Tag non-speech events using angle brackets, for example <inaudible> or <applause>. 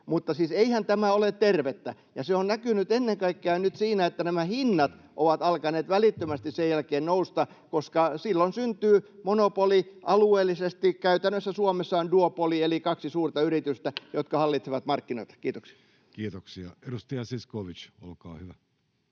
Mutta siis eihän tämä ole tervettä, ja se on näkynyt ennen kaikkea nyt siinä, että nämä hinnat ovat alkaneet välittömästi sen jälkeen nousta, koska silloin syntyy alueellisesti monopoli. Käytännössä Suomessa on duopoli eli kaksi suurta yritystä, <noise> jotka hallitsevat markkinoita. — Kiitoksia. [Speech